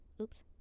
Oops